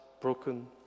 broken